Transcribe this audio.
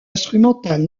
instrumental